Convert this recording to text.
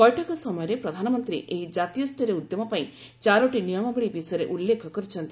ବୈଠକ ସମୟରେ ପ୍ରଧାନମନ୍ତ୍ରୀ ଏହି କାତୀୟ ସ୍ତରୀୟ ଉଦ୍ୟମ ପାଇଁ ଚାରୋଟି ନିୟମାବଳୀ ବିଷୟରେ ଉଲ୍ଲେଖ କରିଛନ୍ତି